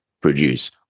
produce